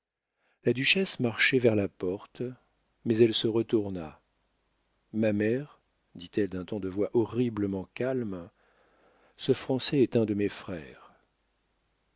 la duchesse marchait vers la porte mais elle se retourna ma mère dit-elle d'un ton de voix horriblement calme ce français est un de mes frères